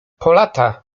polata